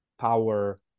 power